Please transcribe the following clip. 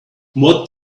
what